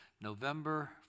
November